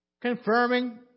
Confirming